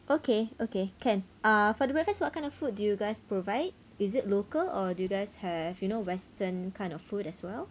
okay okay can uh for the breakfast what kind of food do you guys provide is it local or do you guys have you know western kind of food as well